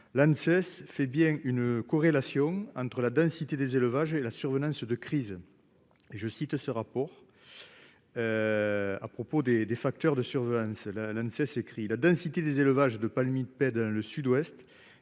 cesse fait bien une corrélation entre la densité des élevages et la survenance de crises, et je cite ce rapport à propos des des facteurs de surveillance là l'ANC s'écrit la densité des élevages de palmipèdes le Sud-Ouest